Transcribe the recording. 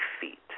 feet